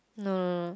no